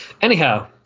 Anyhow